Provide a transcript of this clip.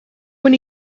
when